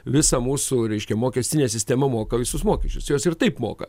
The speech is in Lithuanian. visą mūsų reiškia mokestinę sistemą moka visus mokesčius jos ir taip moka